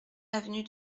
avenue